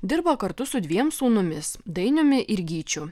dirba kartu su dviem sūnumis dainiumi ir gyčiu